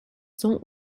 sont